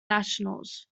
nationals